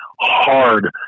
hard